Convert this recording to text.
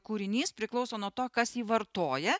kūrinys priklauso nuo to kas jį vartoja